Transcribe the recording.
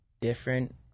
different